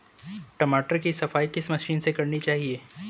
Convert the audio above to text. टमाटर की सफाई किस मशीन से करनी चाहिए?